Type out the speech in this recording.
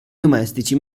domestici